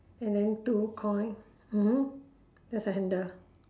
and then two coi~ mmhmm that's the handle